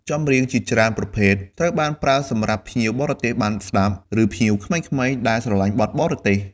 ចម្រៀងជាច្រើនប្រភេទត្រូវបានប្រើសម្រាប់ភ្ញៀវបរទេសបានស្តាប់ ឬភ្ញៀវក្មេងៗដែលស្រលាញ់បទបរទេស។